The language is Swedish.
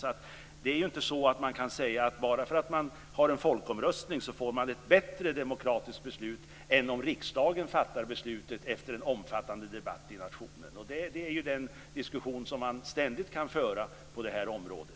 Det går alltså inte att säga att det, bara för att man har en folkomröstning, blir ett bättre demokratiskt beslut än om riksdagen fattar beslutet efter en omfattande debatt i nationen. Det här är den diskussion som man ständigt kan föra på det här området.